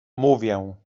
mówię